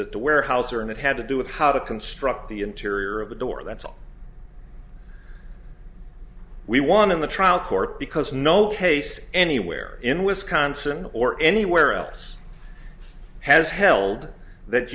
at the weyerhaeuser and it had to do with how to construct the interior of the door that's all we want in the trial court because no case anywhere in wisconsin or anywhere else has held that